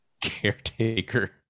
caretaker